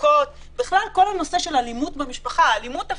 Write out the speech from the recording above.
כמחוקקים כמובן אנחנו לא מדברים על אלימות פיזית